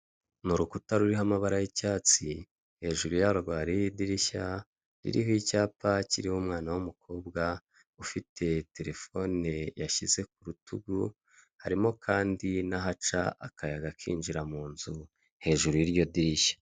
Ni urukuta ruriho amabara y'icyatsi hejuru yarwo hariho idirishya ririho icyapa kiriho umwana w'umukobwa ufite terefone yashyize ku rutugu ,harimo kandi n'ahaca akayaga kinjira mu nzu hejuru y'iryo dirishya.